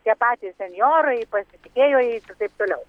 tie patys senjorai pasitikėjo jais ir taip toliau